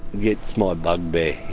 gets my bug bear.